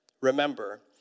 remember